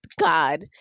god